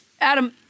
Adam